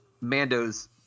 Mando's